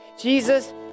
Jesus